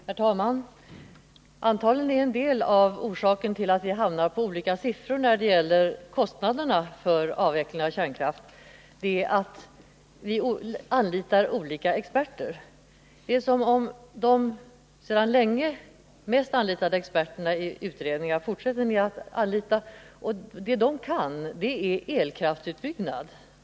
Herr talman! Antagligen är en del av orsaken till att vi hamnar på olika siffror när det gäller kostnaderna för avveckling av kärnkraften att vi anlitar olika experter. Vi anlitar fortfarande de experter som tidigare flitigast anlitats i utredningar. Vad de kan är elkraftsutbyggnad.